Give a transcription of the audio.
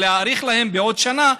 אלא להאריך להם בעוד שנה,